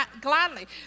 gladly